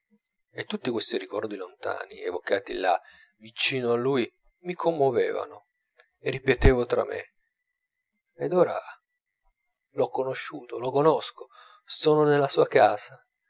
e tutti questi ricordi lontani evocati là vicino a lui mi commovevano e ripetevo tra me ed ora l'ho conosciuto lo conosco sono nella sua casa